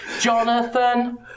Jonathan